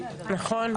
נכון.